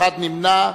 נמנע אחד.